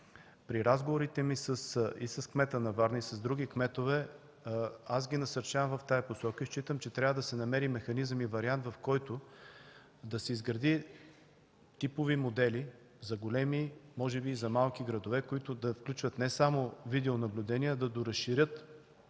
при разговорите ми и с кмета на Варна, и с други кметове, ги насърчавам в тази посока и считам, че трябва да се намери механизъм и вариант, в който да се изградят типове модели за големи, може би и за малки градове, които да включват не само видеонаблюдение, а да доразширят